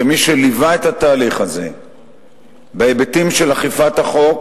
כמי שליווה את התהליך הזה בהיבטים של אכיפת החוק